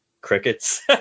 crickets